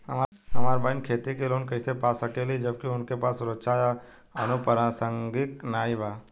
हमार बहिन खेती के लोन कईसे पा सकेली जबकि उनके पास सुरक्षा या अनुपरसांगिक नाई बा?